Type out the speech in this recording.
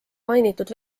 mainitud